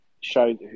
show